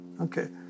Okay